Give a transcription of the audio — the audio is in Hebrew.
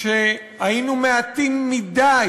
שהיינו מעטים מדי,